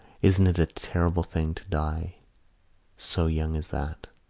isn't it a terrible thing to die so young as that?